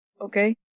Okay